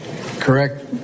Correct